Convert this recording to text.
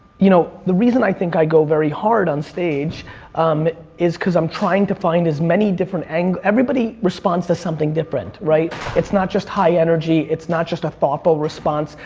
you know, the reason i think i go very hard on stage um is cause i'm trying to find as many different angle everybody responds to something different, right? it's not just high energy. it's not just a thoughtful response.